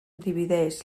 divideix